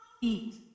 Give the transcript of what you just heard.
eat